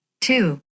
Two